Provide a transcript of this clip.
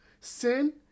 sin